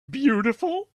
beautiful